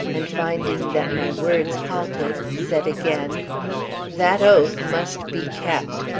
and finding that my words halted, said again that oath must be kept!